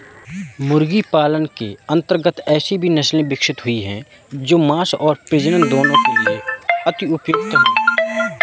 मुर्गी पालन के अंतर्गत ऐसी भी नसले विकसित हुई हैं जो मांस और प्रजनन दोनों के लिए अति उपयुक्त हैं